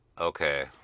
Okay